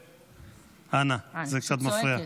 אנא, זה קצת מפריע.